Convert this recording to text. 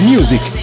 Music